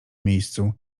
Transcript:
miejscu